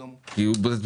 כי הוא גם קשור.